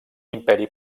imperi